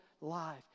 life